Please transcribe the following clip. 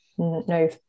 no